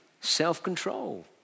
self-control